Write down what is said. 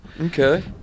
Okay